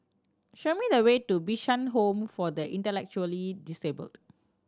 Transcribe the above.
show me the way to Bishan Home for the Intellectually Disabled